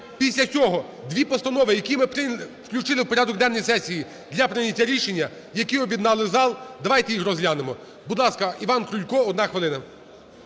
після цього дві постанови, які ми прийняли… включили у порядок денний сесії для прийняття рішення, які об'єднали зал давайте їх розглянемо. Будь ласка, Іван Крулько, 1 хвилина.